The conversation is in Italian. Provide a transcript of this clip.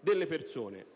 delle persone,